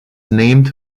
named